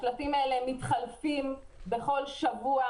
השלטים האלה מתחלפים בכל שבוע.